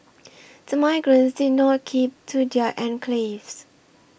the migrants did not keep to their enclaves